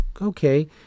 okay